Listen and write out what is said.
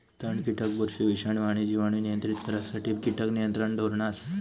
तण, कीटक, बुरशी, विषाणू आणि जिवाणू नियंत्रित करुसाठी कीटक नियंत्रण धोरणा असत